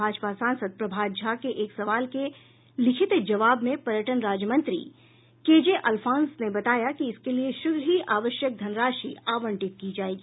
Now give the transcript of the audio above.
भाजपा सांसद प्रभात झा के एक सवाल के लिखित जवाब में पर्यटन राज्य मंत्री केजेअल्फांस ने बताया कि इसके लिए शीघ्र ही आवश्यक धनराशि आवंटित की जायेगी